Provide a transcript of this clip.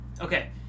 Okay